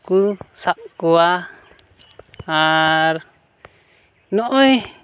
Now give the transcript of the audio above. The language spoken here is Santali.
ᱠᱚ ᱥᱟᱵ ᱠᱚᱣᱟ ᱟᱨ ᱱᱚᱜᱼᱚᱸᱭ